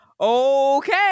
Okay